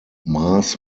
mass